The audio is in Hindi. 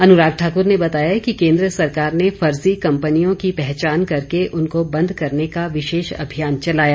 अनुराग ठाकुर ने बताया कि केन्द्र सरकार ने फर्जी कम्पनियों की पहचान करके उनको बंद करने का विशेष अभियान चलाया